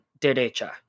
derecha